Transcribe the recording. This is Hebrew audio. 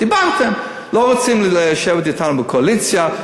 לא רוצים לשבת אתנו בקואליציה,